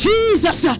Jesus